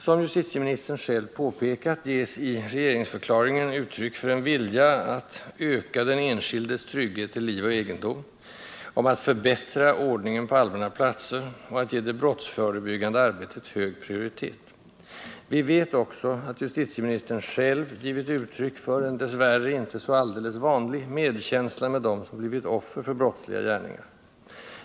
Som justitieministern själv påpekade ges i regeringsförklaringen uttryck för en vilja att öka den enskildes trygghet till liv och egendom, att förbättra ordningen på allmänna platser och att ge det brottsförebyggande arbetet hög prioritet. Vi vet också att justitieministern själv givit uttryck för en dess värre inte så alldeles vanlig medkänsla med dem som blivit offer för brottsliga gärningar.